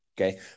Okay